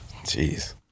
Jeez